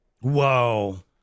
whoa